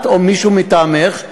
את או מישהו מטעמך,